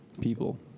people